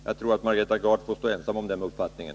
Jag tror att Margareta Gard är ensam om den uppfattningen.